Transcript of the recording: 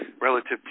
relative